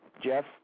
Jeff